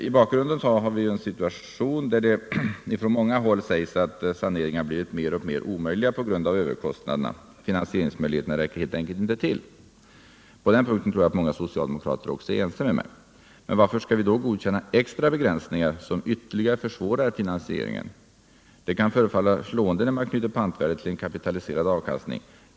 I bakgrunden har vi en situation där det från många håll sägs att saneringar blivit mer och mer omöjliga på grund av överkostnaderna — finansieringsmöjligheterna räcker helt enkelt inte till. På den punkten tror jag att många socialdemokrater också är ense med mig. Men varför skall vi då godkänna extra begränsningar som vtterligare försvårar finansieringen? Det kan förefalla slående när man knyter pantvärdet till en kapitaliserad avkastning.